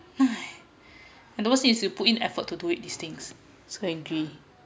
and the worst thing is you put in effort to do it these things so angry